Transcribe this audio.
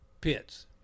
pits